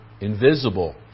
invisible